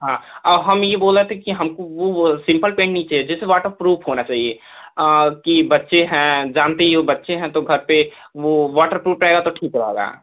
हाँ औ हम ये बोल रहे थे कि हमको वो सिम्पल पेंट नहीं चाहिए जैसे वाटरप्रूफ़ होना चाहिए कि बच्चे हैं जानते ही हो बच्चे हैं तो घर पर वो वाटरप्रूट रहेगा तो ठीक रहेगा